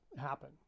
happen